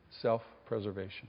self-preservation